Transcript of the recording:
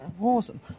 Awesome